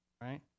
right